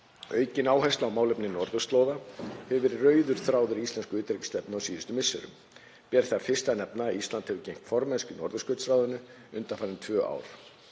Aukin áhersla á málefni norðurslóða hefur verið rauður þráður í íslenskri utanríkisstefnu á síðustu misserum. Ber þar fyrst að nefna að Ísland hefur gegnt formennsku í Norðurskautsráðinu undanfarin tvö ár.